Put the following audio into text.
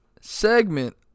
segment